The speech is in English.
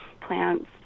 plants